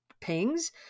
pings